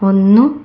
ഒന്നു